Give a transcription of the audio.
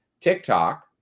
TikTok